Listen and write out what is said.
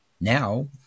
now